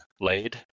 laid